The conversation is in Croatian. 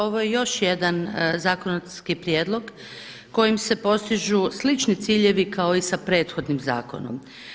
Ovo je još jedan zakonski prijedlog kojim se postižu slični ciljevi kao i sa prethodnim zakonom.